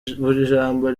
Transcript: jambo